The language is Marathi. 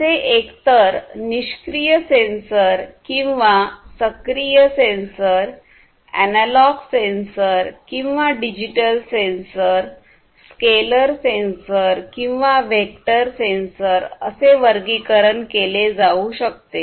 त्यांचे एकतर निष्क्रीय सेन्सर किंवा सक्रीय सेन्सर अॅनालॉग सेन्सर किंवा डिजिटल सेन्सर स्केलर सेन्सर किंवा वेक्टर सेन्सर असे वर्गीकरण केले जाऊ शकते